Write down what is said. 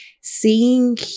seeing